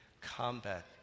combat